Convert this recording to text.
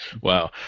wow